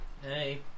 Hey